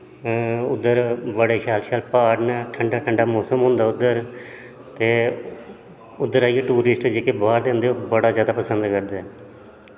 उद्धर बड़े शैल शैल प्हाड़ न ठंडा ठंडा मौसम होंदा उद्धर ते उद्धर आइयै टूरिस्ट जेह्ड़े बाह्र दे होंदे बड़ा जैदा मज़ा लैंदे न